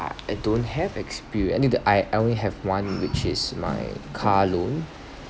I don't have experience I need the I I only have one which is my car loan